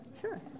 Sure